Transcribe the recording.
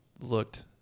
looked